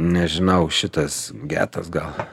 nežinau šitas getas gal